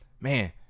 man